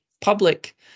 public